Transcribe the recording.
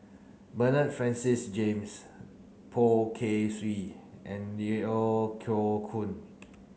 Bernard Francis James Poh Kay Swee and Yeo O Koe Koon